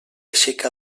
aixeca